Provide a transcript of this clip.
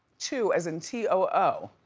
too, as in t o